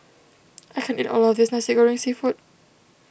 I can't eat all of this Nasi Goreng Seafood